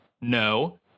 No